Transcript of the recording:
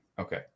Okay